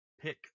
pick